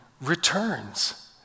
returns